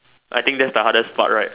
I think that's the hardest part right